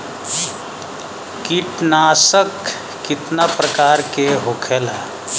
कीटनाशक कितना प्रकार के होखेला?